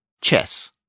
chess